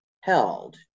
held